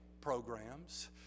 programs